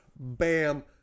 Bam